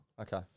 Okay